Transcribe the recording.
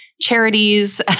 charities